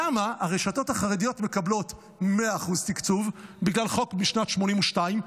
למה הרשתות החרדיות מקבלות 100% תקצוב בגלל חוק משנת 1982,